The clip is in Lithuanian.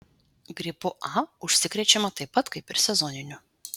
gripu a užsikrečiama taip pat kaip ir sezoniniu